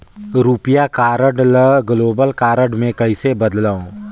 रुपिया कारड ल global card मे कइसे बदलव?